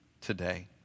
today